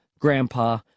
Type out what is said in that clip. Grandpa